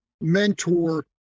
mentor